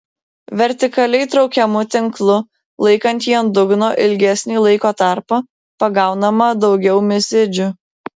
vertikaliai traukiamu tinklu laikant jį ant dugno ilgesnį laiko tarpą pagaunama daugiau mizidžių